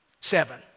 seven